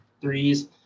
threes